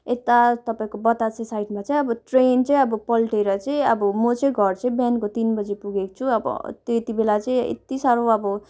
यता तपाईँको बतासे साइडमा चाहिँ अब ट्रेन चाहिँ अब पल्टेर चाहिँ अब म चाहिँ घर चाहिँ बिहानको तिन बजी पुगेको छु अब त्यति बेला चाहिँ यति साह्रो अब